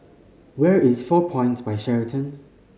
where is Four Points By Sheraton